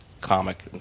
comic